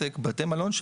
בתי המלון,